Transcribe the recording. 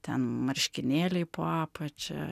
ten marškinėliai po apačia